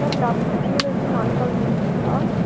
ma'am doctor Priyadarshini ஆன்காலஜிஸ்ட்டுங்களா